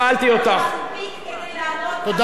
כמה דגימות.